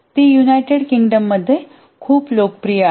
ती युनायटेड किंगडममध्ये खूप लोकप्रिय आहे